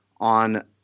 on